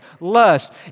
lust